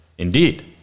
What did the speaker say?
Indeed